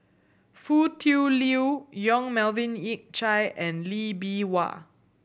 Foo Tui Liew Yong Melvin Yik Chye and Lee Bee Wah